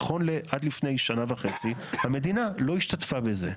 נכון לעד לפני שנה וחצי המדינה לא השתתפה בזה.